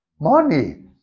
money